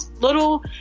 little